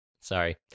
Sorry